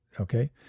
Okay